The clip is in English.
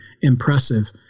impressive